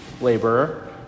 laborer